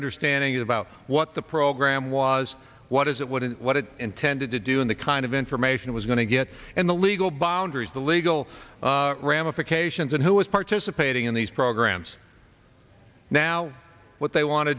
understanding about what the program was what is it what it what it intended to do and the kind of information it was going to get and the legal boundaries the legal ramifications and who is participating in these programs now what they want to